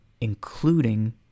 Including